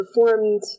performed